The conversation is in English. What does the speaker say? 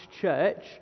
church